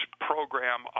program